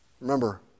Remember